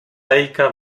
lejka